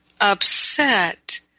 upset